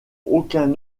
aucun